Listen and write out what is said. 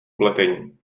pletení